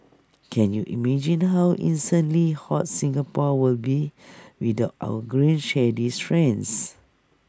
can you imagine how insanely hot Singapore would be without our green shady friends